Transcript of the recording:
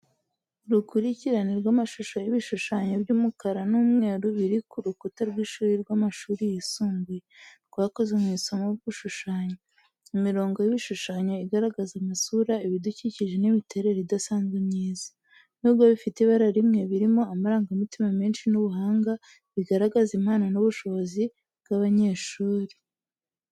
Urukurikirane rw’amashusho y’ibishushanyo by’umukara n’umweru biri ku rukuta rw’ishuri rw'amashuri yisumbuye, rwakozwe mu isomo ryo gushushanya. Imirongo y’ibishushanyo igaragaza amasura, ibidukikije n’imiterere idasanzwe myiza. Nubwo bifite ibara rimwe, birimo amarangamutima menshi n’ubuhanga, bigaragaza impano n’ubushishozi bw’abanyeshuri.